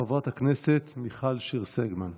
חברת הכנסת מיכל שיר סגמן.